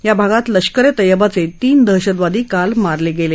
या भागात लष्कर ए तय्यबाचे तीन दहशतवादी काल मारले गेले